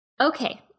Okay